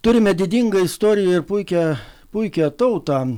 turime didingą istoriją ir puikią puikią tautą